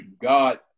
God